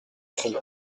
crieu